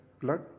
blood